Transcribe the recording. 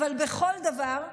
אבל בכל דבר,